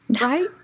Right